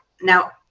Now